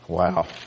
Wow